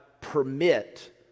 permit